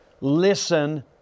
Listen